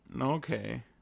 okay